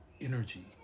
energy